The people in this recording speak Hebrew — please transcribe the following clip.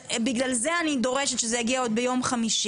בגלל זה אני דורשת שזה יגיע עוד ביום חמישי.